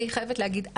אני חייבת להגיד,